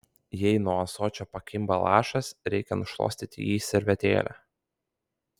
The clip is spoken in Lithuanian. jei nuo ąsočio pakimba lašas reikia nušluostyti jį servetėle